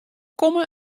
komme